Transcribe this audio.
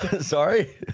Sorry